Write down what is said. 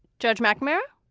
judge machimura?